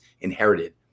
inherited